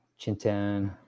chintan